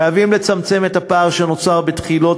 חייבים לצמצם את הפער שנוצר בהתחלות